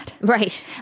Right